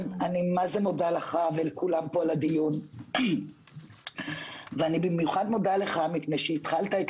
אני מודה לך איתן ולכולם פה על הדיון ובמיוחד כי התחלת את